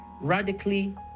Radically